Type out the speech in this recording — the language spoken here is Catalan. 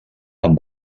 amb